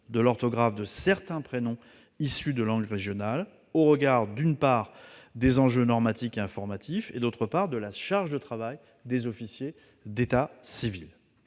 de l'orthographe de certains prénoms issus de langues régionales au regard, d'une part, des enjeux normatifs et informatiques, et, d'autre part, de la charge de travail des officiers de l'état civil.